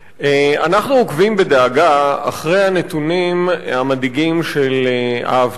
אנחנו עוקבים בדאגה אחרי הנתונים המדאיגים של האבטלה.